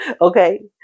Okay